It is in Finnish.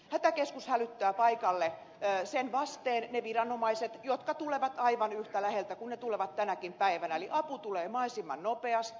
hätäkeskus hälyttää paikalle sen vasteen ne viranomaiset jotka tulevat aivan yhtä läheltä kuin ne tulevat tänäkin päivänä eli apu tulee mahdollisimman nopeasti